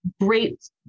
great